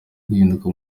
guhinduka